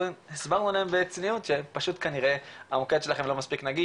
הסברנו להם בצניעות שפשוט כנראה המוקד שלכם לא מספיק נגיש